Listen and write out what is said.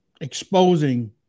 exposing